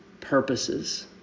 purposes